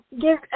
give